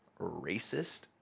racist